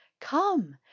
Come